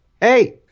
Hey